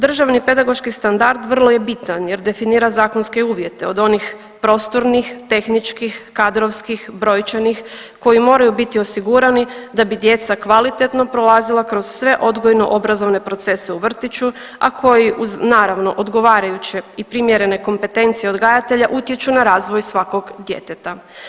Državni pedagoški standard vrlo je bitan jer definira zakonske uvjete od onih prostornih, tehničkih, kadrovskih, brojčanih koji moraju biti osigurani da bi djeca kvalitetno prolazila kroz sve odgojno obrazovane procese u vrtiću, a koji uz naravno odgovarajuće i primjerene kompetencije odgajatelja utječu na razvoj svakog djeteta.